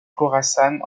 khorassan